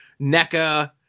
NECA